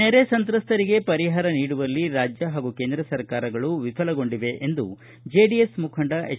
ನೆರೆ ಸಂತ್ರಸ್ತರಿಗೆ ಪರಿಹಾರ ನೀಡುವಲ್ಲಿ ರಾಜ್ಯ ಹಾಗೂ ಕೇಂದ್ರ ಸರ್ಕಾರಗಳು ವಿಫಲಗೊಂಡಿವೆ ಎಂದು ಜೆಡಿಎಸ್ ಮುಖಂಡ ಎಚ್